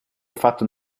fatto